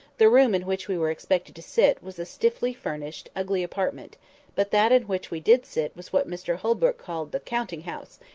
the room in which we were expected to sit was a stiffly-furnished, ugly apartment but that in which we did sit was what mr holbrook called the counting house,